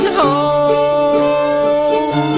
home